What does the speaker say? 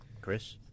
Chris